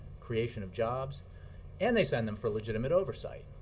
creation of jobs and they send them for legitimate oversight.